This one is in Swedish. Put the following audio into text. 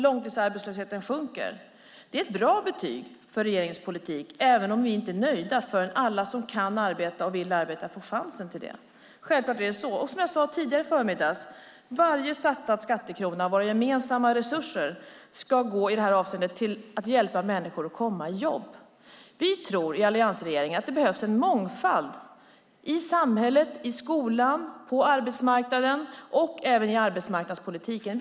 Långtidsarbetslösheten sjunker. Det är ett bra betyg för regeringens politik även om vi inte är nöjda förrän alla som kan arbeta och vill arbeta får chansen till det. Självklart är det så. Som jag sade tidigare i förmiddags ska varje satsad skattekrona av våra gemensamma resurser i det här avseendet gå till att hjälpa människor att komma i jobb. Vi i alliansregeringen tror att det behövs en mångfald i samhället, i skolan, på arbetsmarknaden och även i arbetsmarknadspolitiken.